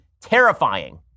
terrifying